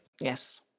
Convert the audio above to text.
Yes